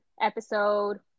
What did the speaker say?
episode